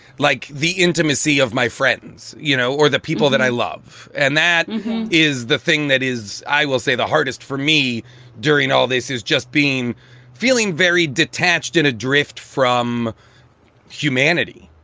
like, the intimacy of my friends, you know, or the people that i love. and that is the thing that is, i will say the hardest for me during all this is just being feeling very detached and adrift from humanity.